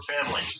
family